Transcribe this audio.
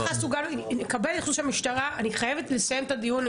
אני חייבת לסיים את הדיון.